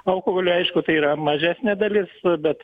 alkoholio aišku tai yra mažesnė dalis bet